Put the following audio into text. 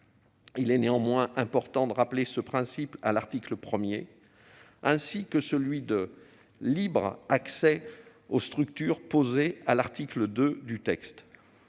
Il est néanmoins important de rappeler ce principe à l'article 1, ainsi que celui de « libre » accès aux structures posé à l'article 2 du texte.